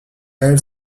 elle